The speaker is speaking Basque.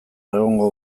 egongo